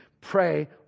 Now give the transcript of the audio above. pray